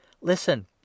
Listen